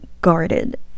guarded